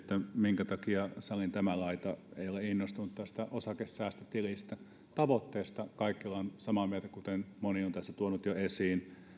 minkä takia salin tämä laita ei ole innostunut tästä osakesäästötilistä tavoitteista kaikki olemme samaa mieltä kuten moni tässä on tuonut jo esiin